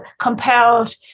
compelled